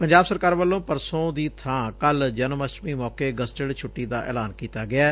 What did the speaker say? ਪੰਜਾਬ ਸਰਕਾਰ ਵੱਲੋਂ ਪਰਸੋਂ ਦੀ ਬਾਂ ਕੱਲੁ ਜਨਮਅਸ਼ਟਮੀ ਮੌਕੇ ਗਜ਼ਟਿਡ ਛੁੱਟੀ ਦਾ ਐਲਾਨ ਕੀਤਾ ਗਿਐ